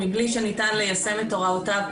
מבלי שניתן ליישם את הוראותיו,